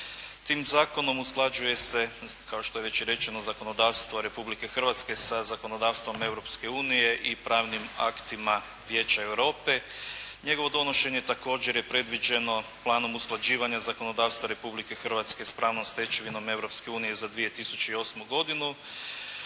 Tim zakonom usklađuje se, kao što je već i rečeno, zakonodavstvo Republike Hrvatske sa zakonodavstvom Europske unije i pravnim aktima Vijeća Europe. Njegovo donošenje također je predviđeno planom usklađivanja zakonodavstva Republike Hrvatske s pravnom stečevinom Europske unije za 2008. godinu,